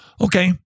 Okay